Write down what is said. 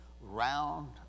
round